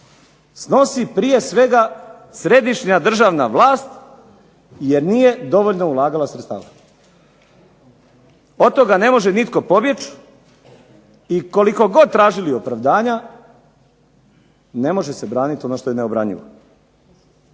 snosi prije svega središnja državna vlast jer nije dovoljno ulagala sredstava. Od toga ne može nitko pobjeći i koliko god tražili opravdanja ne može se branit ono što je neobranjivo.